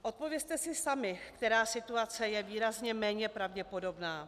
Odpovězte si sami, která situace je výrazně méně pravděpodobná.